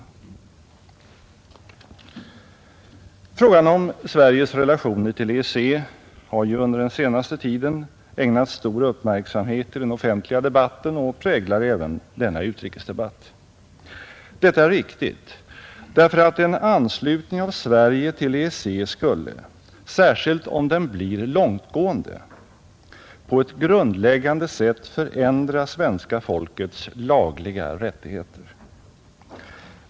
Frågan om Sveriges relationer till EEC har under den senaste tiden ägnats stor uppmärksamhet i den offentliga debatten och präglar även denna utrikesdebatt. Detta är riktigt därför att en anslutning av Sverige till EEC skulle, särskilt om den blev långtgående, på ett grundläggande sätt förändra svenska folkets lagliga rättigheter.